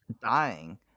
dying